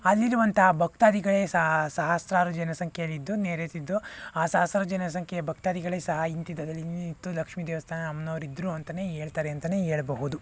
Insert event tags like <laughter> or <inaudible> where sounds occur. ಅಲ್ಲಿರುವಂತಹ ಭಕ್ತಾದಿಗಳೇ ಸಾ ಸಹಸ್ರಾರು ಜನಸಂಖ್ಯೆಯಲ್ಲಿದ್ದು ನೆರೆದಿದ್ದು ಆ ಸಹಸ್ರಾರು ಜನಸಂಖ್ಯೆ ಭಕ್ತಾದಿಗಳೇ ಸಹ <unintelligible> ನಿಂತು ಲಕ್ಷ್ಮೀ ದೇವಸ್ಥಾನ ಅಮ್ಮನವ್ರಿದ್ರು ಅಂತನೇ ಹೇಳ್ತಾರೆ ಅಂತನೇ ಹೇಳ್ಬಹುದು